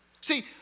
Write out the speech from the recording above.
See